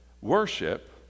worship